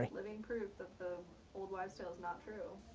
living proof that the old wive's tale is not true.